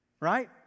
Right